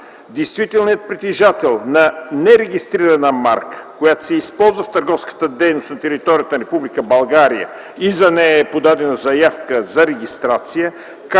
действителният притежател на нерегистрирана марка, която се използва в търговската дейност на територията на Република България и за нея е подадена заявка за регистрация,